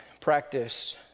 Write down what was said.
practice